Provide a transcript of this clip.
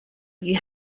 you